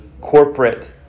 corporate